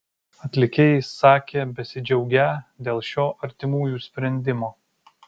atlikėjai sakė besidžiaugią dėl šio artimųjų sprendimo